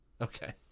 Okay